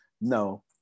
no